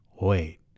Wait